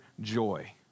joy